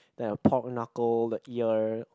they've pork knuckle the ear